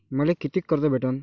मले कितीक कर्ज भेटन?